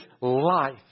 life